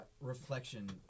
reflection